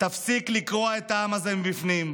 תפסיק לקרוע את העם הזה מבפנים.